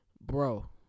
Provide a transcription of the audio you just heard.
Bro